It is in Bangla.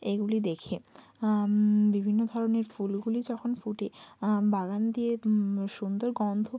এগুলি দেখে বিভিন্ন ধরনের ফুলগুলি যখন ফোটে বাগান দিয়ে সুন্দর গন্ধ